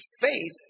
faith